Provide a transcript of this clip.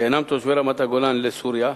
שאינם תושבי רמת-הגולן לסוריה,